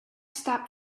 stop